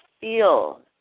feel